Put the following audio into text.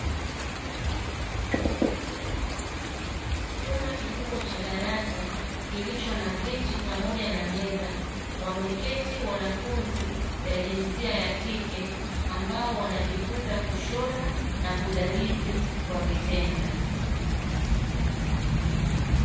Chumba kikubwa cha darasa kilicho na viti pamoja na meza wameketi wanafunzi wa jinsia ya kike ambao wanajifunza kushona na kudalizi kwa vitendo.